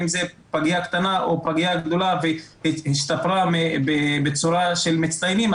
אם זה פגיה קטנה או פגיה גדולה שהשתפרה בצורה של מצטיינים,